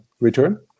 return